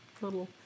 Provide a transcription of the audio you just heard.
Little